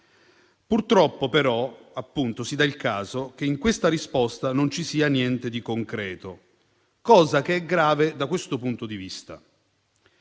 Purtroppo, però, si dà il caso che in questa risposta non ci sia niente di concreto, cosa che è grave da questo punto di vista: